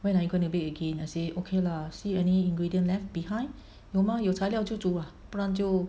when are you going to bake again I say okay lah see any ingredient left behind 有吗有材料就就煮 ah 不然就